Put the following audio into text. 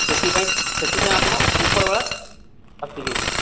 ସେଥିପାଇଁ ସେଥିପାଇଁ ଆପଣ ଉପର ବେଳା ଆସିବେ